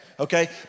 Okay